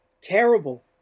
terrible